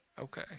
Okay